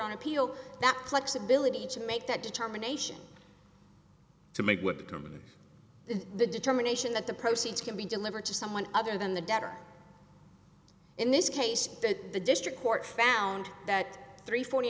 on appeal that flexibility to make that determination to make the determination that the proceeds can be delivered to someone other than the debtor in this case that the district court found that three forty